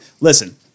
listen